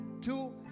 Two